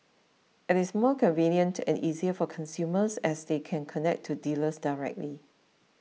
it is more convenient and easier for consumers as they can connect to dealers directly